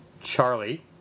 Charlie